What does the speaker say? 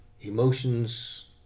Emotions